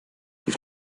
die